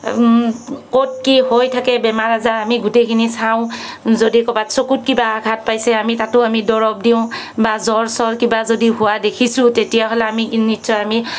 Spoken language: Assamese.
ক'ত কি হৈ থাকে বেমাৰ আজাৰ আমি গোটেইখিনি চাওঁ যদি ক'ৰবাত চকুত কিবা আঘাত পাইছে আমি তাতো আমি দৰব দিওঁ বা জ্বৰ চৰ কিবা যদি হোৱা দেখিছোঁ তেতিয়াহ'লে আমি নিশ্চয় আমি